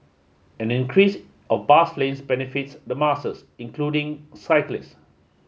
an increase of bus lanes benefits the masses including cyclists